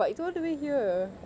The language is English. but it's all the way here